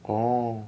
orh